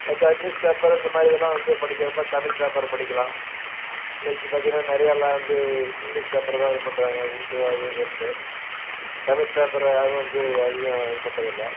பார்த்தா newspaper இந்த மாதிரி இதுலாம் வந்து படிக்கிறப்ப தமிழ் பேப்பர் படிக்கலாம் இன்னைக்கு பார்த்திங்கனா நிறையா லா வந்து இங்கிலிஷ் பேப்பரை தான் இது பண்ணுறாங்க ஹிந்து அது இதுன்ட்டு தமிழ் பேப்பரை யார் வந்து அதிகம் இது பண்ணுறதில்ல